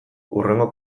hurrengo